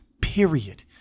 period